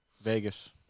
Vegas